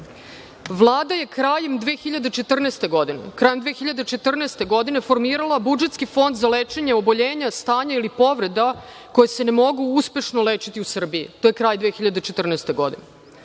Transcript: Vlada je krajem 2014. godine formirala budžetski Fond za lečenje oboljenja, stanja ili povreda koje se ne mogu uspešno lečiti u Srbiji, to je kraj 2014. godine.